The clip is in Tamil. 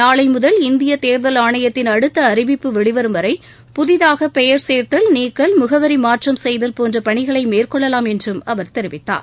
நாளை முதல் இந்திய தோ்தல் ஆணையத்தின் அடுத்த அறிவிப்பு வெளிவரும் வரை புதிதாக பெயர் சோத்தல் நீக்கல் முகவரி மாற்றம் செய்தல் போன்ற பணிகளை மேற்கொள்ளலாம் என்று அவர் தெரிவித்தார்